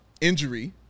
injury